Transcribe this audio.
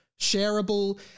Shareable